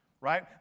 Right